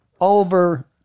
Oliver